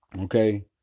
okay